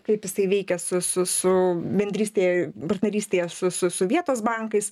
kaip jisai veikia su su su bendrystėje partnerystėje su su su vietos bankais